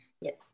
Yes